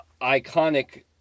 iconic